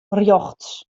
rjochts